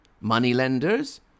moneylenders